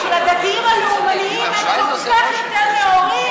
הדתיים הלאומנים הם כל כך יותר נאורים.